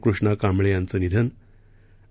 कृष्णा कांबळे यांचं निधन आणि